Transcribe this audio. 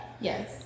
yes